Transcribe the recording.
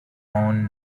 own